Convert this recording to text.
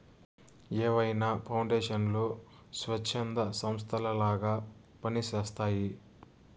ఏవైనా పౌండేషన్లు స్వచ్ఛంద సంస్థలలాగా పని చేస్తయ్యి